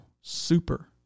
super